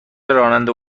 راننده